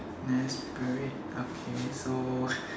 yes parade okay so